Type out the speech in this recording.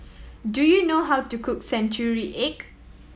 do you know how to cook century egg